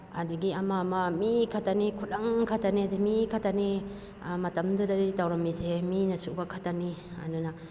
ꯑꯗꯨꯗꯒꯤ ꯑꯃ ꯑꯃ ꯃꯤ ꯈꯛꯇꯅꯤ ꯈꯨꯂꯪ ꯈꯛꯇꯅꯤ ꯃꯤ ꯈꯛꯇꯅꯤ ꯃꯇꯝꯗꯨꯗꯗꯤ ꯇꯧꯔꯝꯃꯤꯁꯦ ꯃꯤꯅ ꯁꯨꯕ ꯈꯛꯇꯅꯤ ꯑꯗꯨꯅ